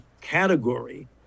category